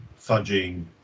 fudging